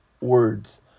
words